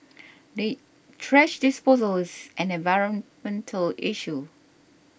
the trash disposal is an environmental issue